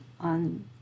on